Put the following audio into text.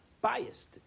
biased